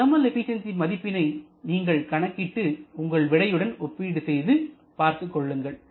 இந்த thermal efficiency மதிப்பினை நீங்கள் கணக்கிட்டு உங்கள் விடையுடன் ஒப்பிடு செய்து பார்த்துக்கொள்ளுங்கள்